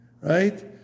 right